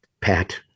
Pat